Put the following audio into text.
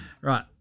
Right